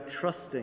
trusting